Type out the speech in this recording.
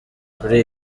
kuri